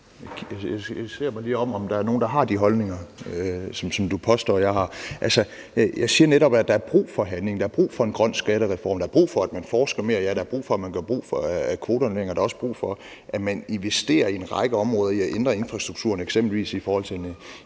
Jeg ser mig lige omkring for at se, om der er nogen, der har de holdninger, som du påstår jeg har. Altså, jeg siger netop, at der er brug for handling, der er brug for en grøn skattereform, der er brug for, at man forsker mere, ja, der er brug for, at man gør brug af kvoteannulleringer, og der er også brug for, at man investerer i en række områder i forhold til at ændre infrastrukturen, eksempelvis i forhold til en